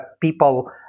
people